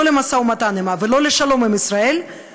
לא למשא ומתן עמה ולא לשלום עם ישראל,